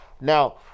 Now